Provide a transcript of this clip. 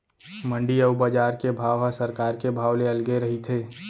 मंडी अउ बजार के भाव ह सरकार के भाव ले अलगे रहिथे